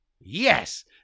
Yes